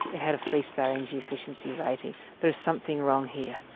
it had a three star energy efficiency rating. there is something wrong here.